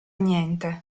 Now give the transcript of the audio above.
niente